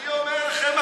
אני אומר לכם,